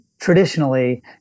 traditionally